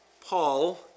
Paul